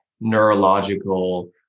neurological